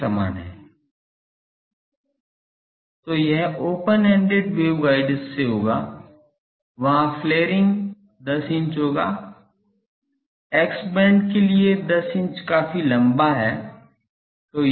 तो यह open ended waveguide से होगा वहां फ्लैरिंग 10 इंच होगा एक्स बैंड के लिए 10 इंच काफी लंबा है